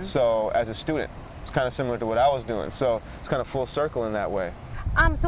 so as a student it's kind of similar to what i was doing so it's kind of full circle in that way i'm so